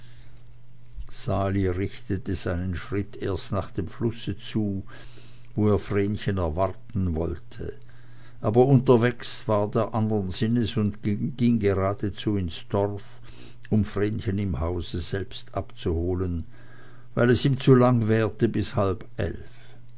sali richtete seinen schritt erst nach dem flusse zu wo er vrenchen erwarten wollte aber unterweges ward er andern sinnes und ging gradezu ins dorf um vrenchen im hause selbst abzuholen weil es ihm zu lang währte bis halb eilf